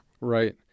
Right